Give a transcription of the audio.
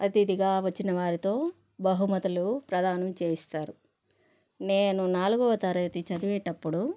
అతిధిగా వచ్చిన వారితో బహుమతులు ప్రధానం చేయిస్తారు నేను నాలుగవ తరగతి చదివేటప్పుడు